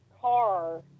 car